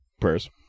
prayers